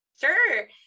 Sure